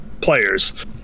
players